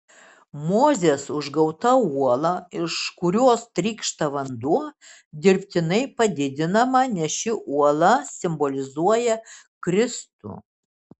mozės užgauta uola iš kurios trykšta vanduo dirbtinai padidinama nes ši uola simbolizuoja kristų